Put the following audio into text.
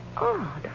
Odd